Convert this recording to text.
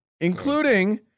Including